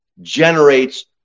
generates